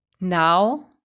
now